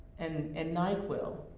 and and nyquil.